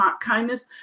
kindness